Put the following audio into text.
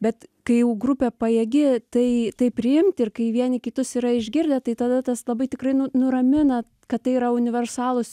bet kai jau grupė pajėgi tai tai priimti ir kai vieni kitus yra išgirdę tai tada tas labai tikrai nu nuramina kad tai yra universalūs